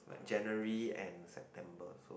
like January and September so